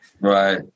Right